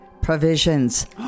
Provisions